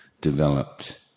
developed